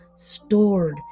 stored